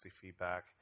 feedback